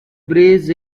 bridge